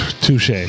Touche